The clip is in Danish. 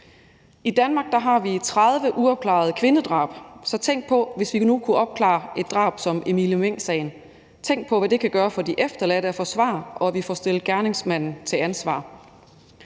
I Danmark har vi 30 uopklarede kvindedrab, så tænk, hvis vi nu kunne opklare et drab som det på Emilie Meng. Tænk, hvad det kan gøre for de efterladte at få svar, og at vi får stillet gerningsmanden til ansvar.